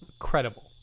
incredible